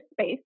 space